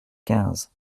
quinze